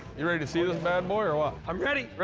you ready to see this bad boy or what? i'm ready.